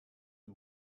the